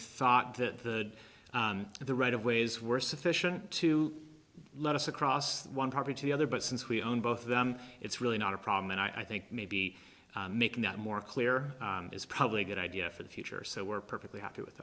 thought that the right of ways were sufficient to let us across one party to the other but since we own both of them it's really not a problem and i think maybe making that more clear is probably a good idea for the future so we're perfectly happy with